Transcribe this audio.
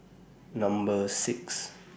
Number six